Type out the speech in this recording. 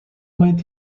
might